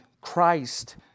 Christ